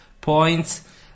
points